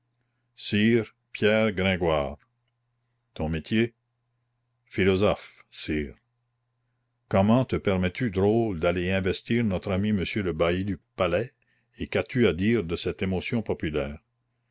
sire pierre gringoire ton métier philosophe sire comment te permets tu drôle d'aller investir notre ami monsieur le bailli du palais et qu'as-tu à dire de cette émotion populaire